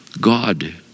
God